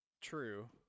True